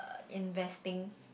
investing